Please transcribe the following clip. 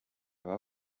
war